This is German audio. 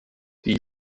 die